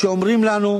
שאומרים לנו: